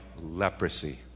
leprosy